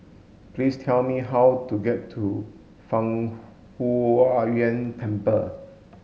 please tell me how to get to Fang Huo Yuan Temple